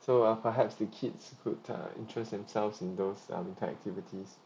so uh perhaps the kids could uh interest themselves in those um type activities